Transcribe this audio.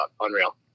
unreal